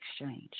exchange